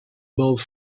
both